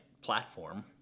platform